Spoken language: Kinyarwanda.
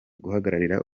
guhagararira